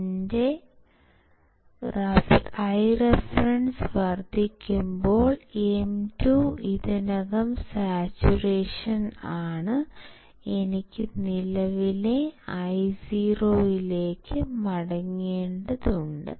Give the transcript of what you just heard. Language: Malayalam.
എന്റെ Ireference വർദ്ധിക്കുമ്പോൾ M2 ഇതിനകം സാച്ചുറേഷൻ ആണ് എനിക്ക് നിലവിലെ Io യിലേക്ക് മടങ്ങേണ്ടതുണ്ട്